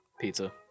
Pizza